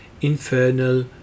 Infernal